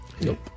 Nope